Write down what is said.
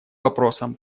вопросам